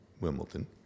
Wimbledon